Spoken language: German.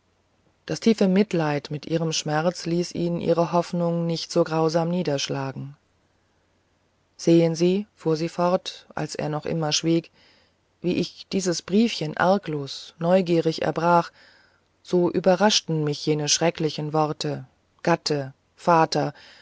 das tiefe mitleid mit ihrem schmerz ließ ihn ihre hoffnung nicht so grausam niederschlagen sehen sie fuhr sie fort als er noch immer schwieg wie ich dieses briefchen arglos neugierig erbrach so überraschten mich jene schrecklichen worte gatte vater